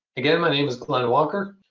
again, my name is glen walker.